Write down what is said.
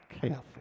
careful